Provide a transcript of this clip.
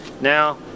now